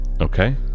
Okay